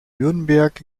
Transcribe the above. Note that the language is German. nürnberg